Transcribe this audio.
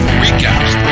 recaps